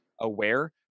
aware